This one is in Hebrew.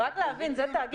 רק להבין, זה תאגיד מיחזור.